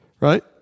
Right